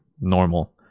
normal